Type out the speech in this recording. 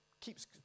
keeps